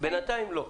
בינתיים, לא.